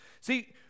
See